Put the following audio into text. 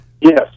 Yes